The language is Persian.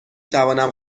توانم